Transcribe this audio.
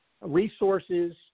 resources